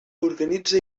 organitza